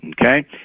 Okay